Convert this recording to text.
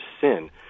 sin